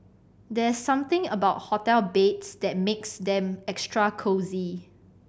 there's something about hotel beds that makes them extra cosy